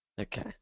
Okay